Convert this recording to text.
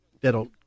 that'll